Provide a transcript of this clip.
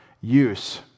use